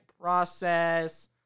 process